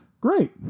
Great